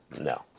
no